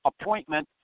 appointment